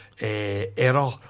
error